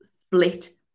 split